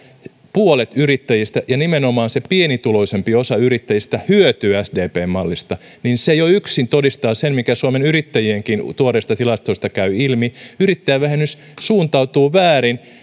puolet yrittäjistä ja nimenomaan se pienituloisempi osa yrittäjistä hyötyy sdpn mallista niin se jo yksin todistaa sen mikä suomen yrittäjienkin tuoreista tilastoista käy ilmi yrittäjävähennys suuntautuu väärin